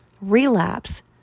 relapse